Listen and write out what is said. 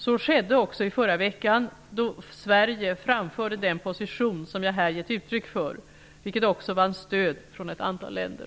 Så skedde också i förra veckan, då Sverige framförde den position som jag här har gett uttryck för, vilken också vann stöd från ett antal länder.